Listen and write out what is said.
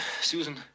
Susan